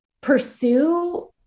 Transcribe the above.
pursue